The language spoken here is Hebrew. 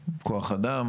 כמה ניידות יש שם עכשיו?